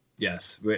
Yes